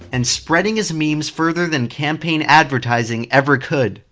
and spreading his memes further, than campaign advertising ever could.